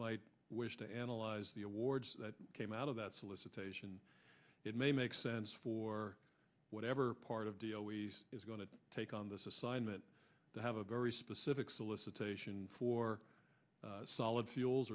might wish to analyze the awards that came out of that solicitation it may make sense for whatever part of the always is going to take on this assignment to have a very specific solicitation for solid fuels